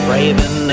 Raven